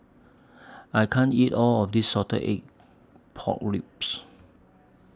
I can't eat All of This Salted Egg Pork Ribs